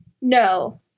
No